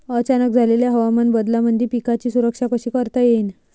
अचानक झालेल्या हवामान बदलामंदी पिकाची सुरक्षा कशी करता येईन?